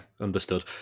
understood